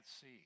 see